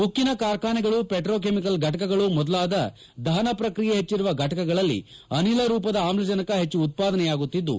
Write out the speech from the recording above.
ಉಕ್ಕಿನ ಕಾರ್ಖಾನೆಗಳು petro chemical ಫಟಕಗಳು ಮೊದಲಾದ ದಹನ ಪ್ರಕ್ರಿಯೆ ಹೆಚ್ಚಿರುವ ಫಟಕಗಳಲ್ಲಿ ಅನಿಲ ರೂಪದ ಆಮ್ಲಜನಕ ಹೆಚ್ಚು ಉತ್ಪಾದನೆಯಾಗುತ್ತಿದ್ದು